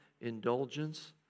Indulgence